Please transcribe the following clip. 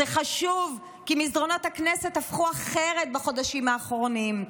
זה חשוב כי מסדרונות הכנסת הפכו אחרים בחודשים האחרונים,